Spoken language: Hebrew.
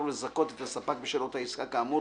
ולזכות את הספק בשל אותה עסקה כאמור